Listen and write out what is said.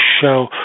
show